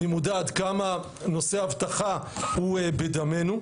אני מודע עד כמה נושא האבטחה הוא בדמנו.